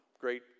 great